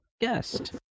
guest